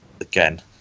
again